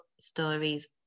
stories